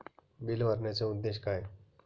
Bill भरण्याचे उद्देश काय?